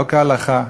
לא כהלכה.